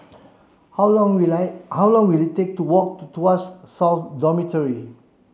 how long will how long will it take to walk to Tuas South Dormitory